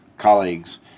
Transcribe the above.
colleagues